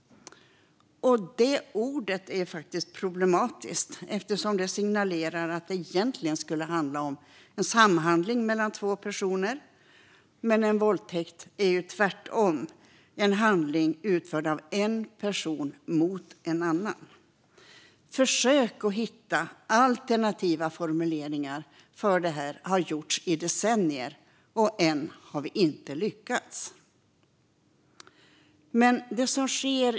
Det ordet är faktiskt problematiskt eftersom det signalerar att det egentligen skulle handla om en samhandling mellan två personer. Men en våldtäkt är ju tvärtom en handling utförd av en person mot en annan. Försök att hitta alternativa formuleringar har gjorts i decennier, och än har vi inte lyckats.